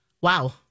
Wow